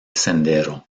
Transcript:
sendero